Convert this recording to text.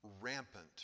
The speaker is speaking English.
rampant